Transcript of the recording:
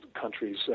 countries